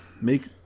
make